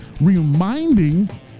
reminding